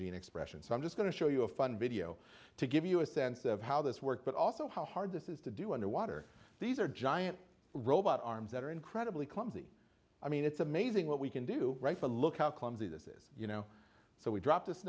gene expression so i'm just going to show you a fun video to give you a sense of how this work but also how hard this is to do underwater these are giant robot arms that are incredibly clumsy i mean it's amazing what we can do right to look how clumsy this is you know so we drop